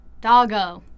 Doggo